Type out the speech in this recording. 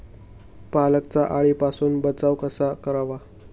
पालकचा अळीपासून बचाव कसा करावा?